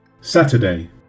Saturday